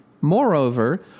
Moreover